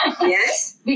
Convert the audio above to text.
yes